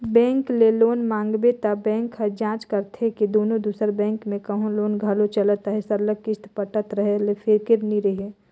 bank ले loan मांगबे त बेंक ह जांच करथे के कोनो दूसर बेंक में कहों लोन घलो चलत अहे सरलग किस्त पटत रहें ले फिकिर नी रहे